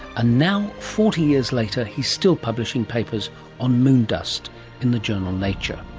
now forty years later he's still publishing papers on moon dust in the journal nature.